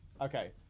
Okay